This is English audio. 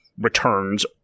returns